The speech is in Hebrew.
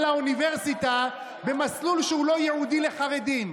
לאוניברסיטה במסלול שהוא לא ייעודי לחרדים?